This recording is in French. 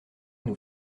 nous